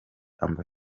amb